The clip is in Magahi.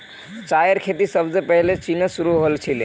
चायेर खेती सबसे पहले चीनत शुरू हल छीले